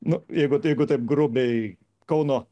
nu jeigu jeigu taip grubiai kauno